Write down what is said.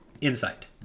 Insight